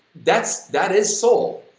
that's, that is soul.